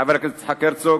חבר הכנסת יצחק הרצוג,